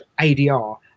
ADR